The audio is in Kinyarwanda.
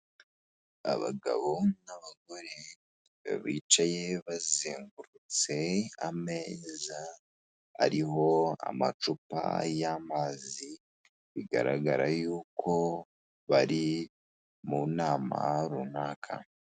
Abagabo n'abagore bicaye bazengurutse ameza ariho amacupa y'amazi, bigaragara yuko bari mu nama runaka.